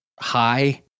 high